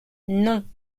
non